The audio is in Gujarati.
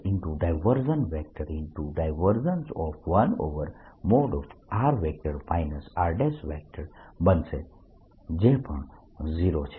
1|r r| બનશે જે પણ 0 છે